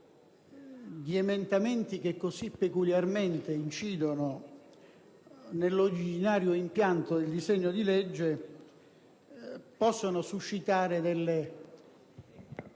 di emendamenti che così peculiarmente incidono nell'originario impianto del disegno di legge possa suscitare legittime